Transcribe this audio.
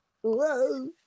Whoa